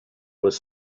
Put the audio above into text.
was